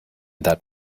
that